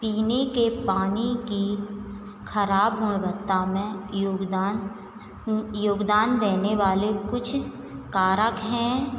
पीने के पानी की खराब गुणवत्ता में योगदान योगदान देनेवाले कुछ कारक हैं